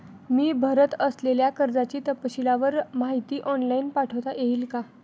मी भरत असलेल्या कर्जाची तपशीलवार माहिती ऑनलाइन पाठवता येईल का?